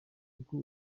kuko